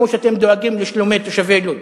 כמו שאתם דואגים לשלום תושבי לוד,